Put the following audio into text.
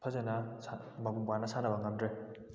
ꯐꯖꯅ ꯃꯄꯨꯡ ꯐꯥꯅ ꯁꯥꯟꯅꯕ ꯉꯝꯗ꯭ꯔꯦ